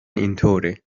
اینطوره